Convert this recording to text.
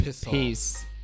Peace